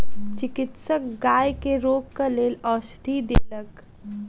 चिकित्सक गाय के रोगक लेल औषधि देलक